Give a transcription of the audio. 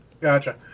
Gotcha